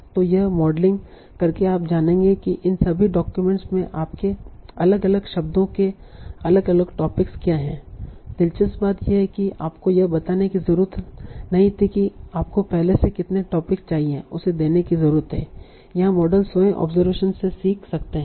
तो यह मॉडलिंग करके आप जानेंगे कि इन सभी डाक्यूमेंट्स में आपके अलग अलग शब्दों के अलग अलग टॉपिक्स क्या हैं दिलचस्प बात यह है कि आपको यह बताने की ज़रूरत नहीं थी कि आपको पहले से कितने टॉपिक्स चाहिए उसे देने की ज़रूरत है यहाँ मॉडल स्वयं ऑब्जरवेशन से सीख सकते हैं